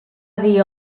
dir